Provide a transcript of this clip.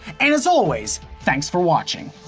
and as always, thanks for watching.